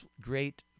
great